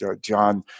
John